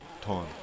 time